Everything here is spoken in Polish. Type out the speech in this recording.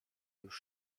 już